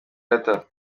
data